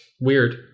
Weird